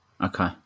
Okay